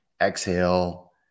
Exhale